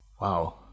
Wow